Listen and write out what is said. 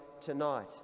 tonight